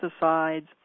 pesticides